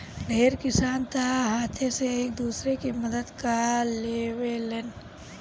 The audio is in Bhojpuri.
ढेर किसान तअ हाथे से एक दूसरा के मदद कअ लेवेलेन